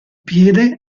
piede